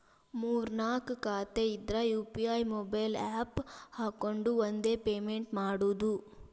ಮೂರ್ ನಾಕ್ ಖಾತೆ ಇದ್ರ ಯು.ಪಿ.ಐ ಮೊಬೈಲ್ ಆಪ್ ಹಾಕೊಂಡ್ ಒಂದ ಪೇಮೆಂಟ್ ಮಾಡುದು